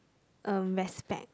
uh respect